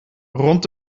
rond